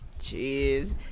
Jeez